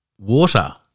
water